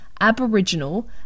Aboriginal